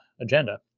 agenda